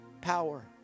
power